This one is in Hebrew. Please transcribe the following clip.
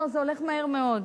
לא, זה הולך מהר מאוד,